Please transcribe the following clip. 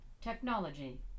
technology